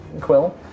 Quill